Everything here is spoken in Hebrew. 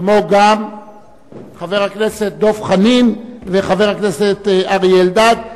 כמו גם חבר הכנסת דב חנין וחבר הכנסת אריה אלדד,